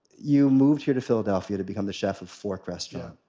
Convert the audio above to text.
you moved here to philadelphia to become the chef at fork restaurant.